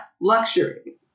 luxury